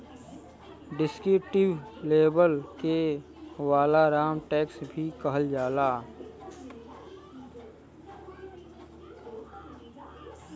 descriptive label के वालाराम tax भी कहल जाला